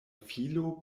filo